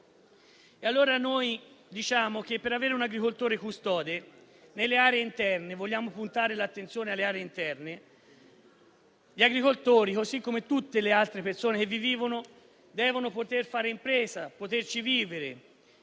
Riteniamo quindi che, per avere un agricoltore custode, nelle aree interne - vogliamo puntare l'attenzione sulle aree interne - gli agricoltori, così come tutte le altre persone che vi vivono, devono poter fare impresa, poterci vivere.